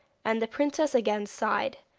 and the princess again sighed,